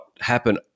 happen